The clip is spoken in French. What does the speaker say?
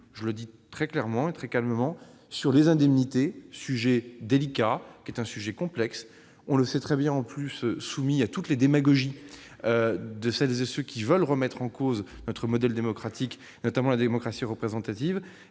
Je le dis très clairement et très calmement, sur les indemnités, sujet délicat et complexe soumis à toutes les démagogies de celles et ceux qui veulent remettre en cause notre modèle démocratique, notamment la démocratie représentative,